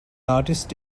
artist